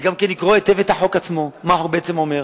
וגם לקרוא היטב את החוק עצמו, מה הוא בעצם אומר.